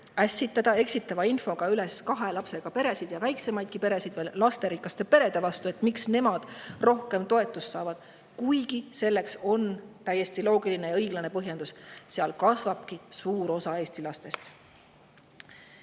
ässitada eksitava infoga üles kahe lapsega peresid ja väiksemaidki peresid lasterikaste perede vastu, et miks nemad rohkem toetust saavad. Kuigi selleks on täiesti loogiline ja õiglane põhjendus: seal kasvabki suur osa Eesti